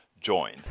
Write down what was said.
join